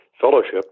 fellowship